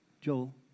Joel